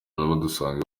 badusanga